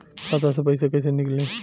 खाता से पैसा कैसे नीकली?